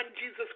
Jesus